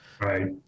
Right